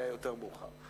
יותר מאוחר.